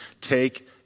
take